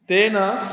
तेन